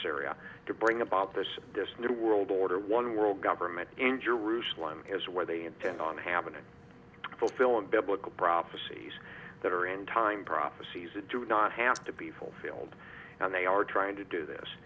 syria to bring about this this new world order one world government in jerusalem is where they intend on happening fulfilling biblical prophecies that are in time prophecies that do not have to be fulfilled and they are trying to do this